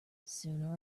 sooner